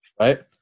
right